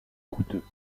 coûteux